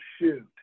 shoot